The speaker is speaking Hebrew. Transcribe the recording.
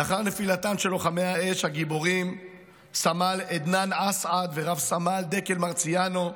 לאחר נפילתם של לוחמי האש הגיבורים סמל עדנאן אסעד ורב-סמל דקל מרציאנו,